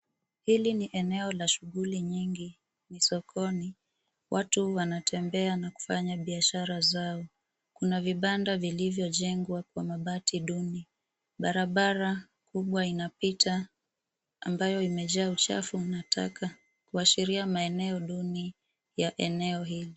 Hili ni eneo la shughuli nyingi ni sokoni. Watu wanatembea na kufanya biashara zao. Kuna vibanda vilivyojengwa kwa mabati duni. Barabara kubwa inapita ambayo imejaa uchafu na taka kuashiria maeneo duni ya eneo hili.